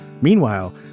Meanwhile